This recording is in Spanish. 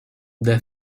the